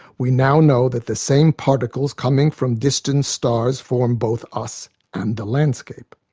we now know that the same particles coming from distant stars formed both us and the landscape.